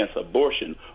abortion